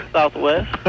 Southwest